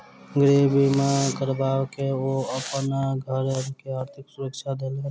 गृह बीमा करबा के ओ अपन घर के आर्थिक सुरक्षा देलैन